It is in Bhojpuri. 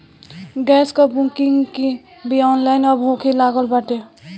गैस कअ बुकिंग भी ऑनलाइन अब होखे लागल बाटे